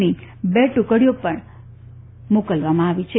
ની બે ટુકડીઓને પણ મોકલવામાં આવી છે